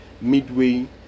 midway